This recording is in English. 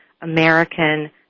American